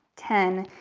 ten.